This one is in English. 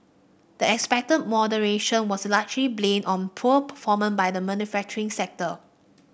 the expected moderation was largely blamed on poor performance by the manufacturing sector